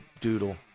doodle